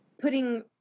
putting